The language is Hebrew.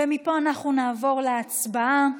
ומפה אנחנו נעבור להצבעה,